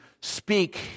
speak